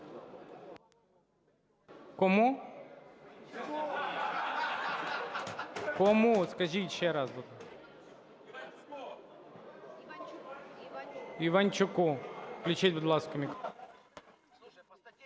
Кому? Кому, скажіть ще раз. Іванчуку включіть, будь ласка, мікрофон.